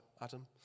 Adam